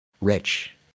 rich